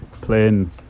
playing